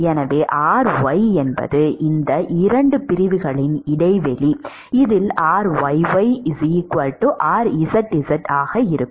எனவே ry என்பது இந்த 2 பிரிவுகளின் இடைவெளி இதில் ryy rzz ஆக இருக்கும்